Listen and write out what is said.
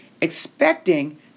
expecting